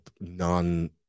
non